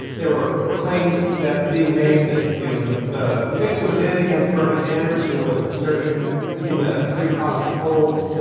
there were claims that being made that, you know, the the fix was in against bernie sanders, who was surging in the pre-caucus polls.